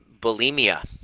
bulimia